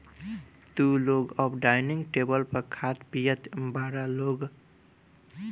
तू लोग अब डाइनिंग टेबल पर खात पियत बारा लोग